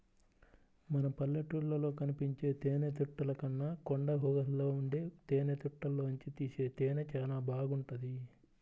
మన పల్లెటూళ్ళలో కనిపించే తేనెతుట్టెల కన్నా కొండగుహల్లో ఉండే తేనెతుట్టెల్లోనుంచి తీసే తేనె చానా బాగుంటది